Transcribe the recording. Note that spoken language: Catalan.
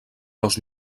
dos